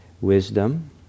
wisdom